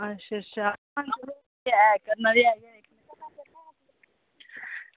करना ते ऐ गै